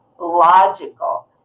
logical